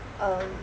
um